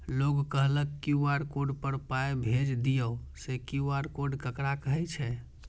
लोग कहलक QR code पर पाय भेज दियौ से क्यू.आर कोड ककरा कहै छै?